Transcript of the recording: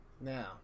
now